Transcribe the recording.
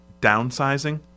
Downsizing